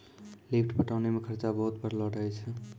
lift पटौनी मे खरचा बहुत बढ़लो रहै छै